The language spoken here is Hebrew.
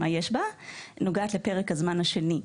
נוגעת לפרק הזמן השני,